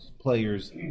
players